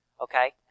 okay